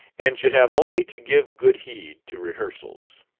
and should have only to give good heed to rehearsals.